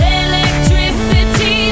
electricity